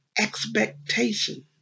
expectation